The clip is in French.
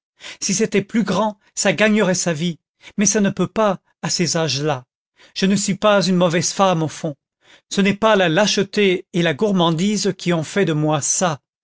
si c'était plus grand ça gagnerait sa vie mais ça ne peut pas à ces âges là je ne suis pas une mauvaise femme au fond ce n'est pas la lâcheté et la gourmandise qui ont fait de moi ça